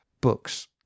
books